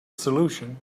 solution